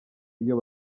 iyo